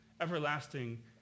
everlasting